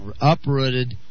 uprooted